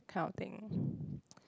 kind of thing